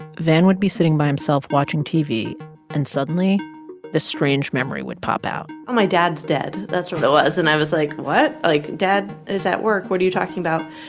van would be sitting by himself watching tv and suddenly the strange memory would pop out oh, my dad's dead. that's what it was. and i was like, what? like, dad is at work. what are you talking about?